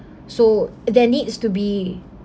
so there needs to be